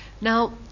Now